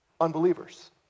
Unbelievers